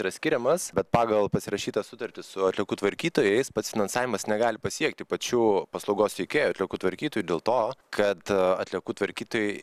yra skiriamas bet pagal pasirašytą sutartį su atliekų tvarkytojais pats finansavimas negali pasiekti pačių paslaugos tiekėjų atliekų tvarkytojų dėl to kad atliekų tvarkytojai